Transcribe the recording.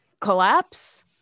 collapse